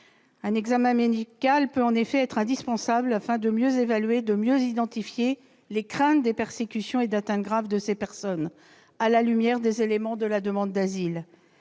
Un examen médical peut en effet être indispensable afin de mieux évaluer, de mieux identifier les craintes de persécutions et d'atteintes graves de ces personnes à la lumière des éléments de la demande d'asile.